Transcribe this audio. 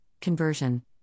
conversion